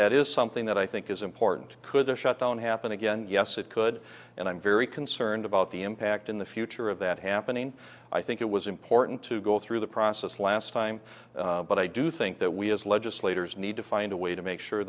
that is something that i think is important could the shutdown happen again and yes it could and i'm very concerned about the impact in the future of that happening i think it was important to go through the process last time but i do think that we as legislators need to find a way to make sure